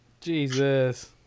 jesus